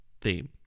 theme